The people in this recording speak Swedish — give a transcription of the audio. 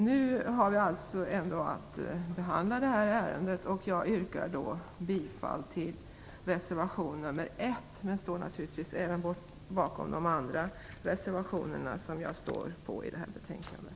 Nu har vi ändå att behandla det här ärendet, och jag yrkar då bifall till reservation nr 1 men står naturligtvis även bakom de andra reservationerna som Folkpartiet har fogat till det här betänkandet.